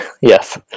Yes